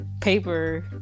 paper